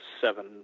seven